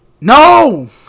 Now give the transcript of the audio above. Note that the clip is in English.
No